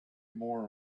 more